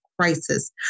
crisis